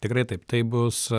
tikrai taip tai bus